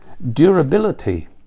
durability